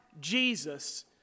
Jesus